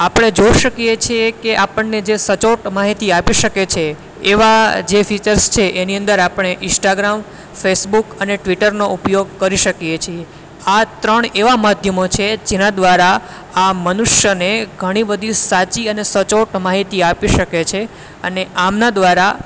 આપણે જોઈ શકીએ છીએ કે આપણને જે સચોટ માહિતી આપી શકે છે એવા જે ફીચર્સ છે એની અંદર આપણે ઈન્સ્ટાગ્રામ ફેસબુક અને ટ્વિટરનો ઉપયોગ કરી શકીએ છીએ આ ત્રણ એવા માધ્યમો છે કે એના દ્વારા આ મનુષ્યોને બધી બધી સાચી અને સચોટ માહિતી આપી શકે છે અને આમના દ્વારા